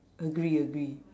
agree agree